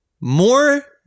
more